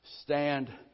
stand